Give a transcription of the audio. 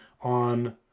on